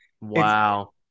Wow